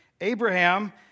Abraham